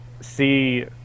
see